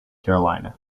carolina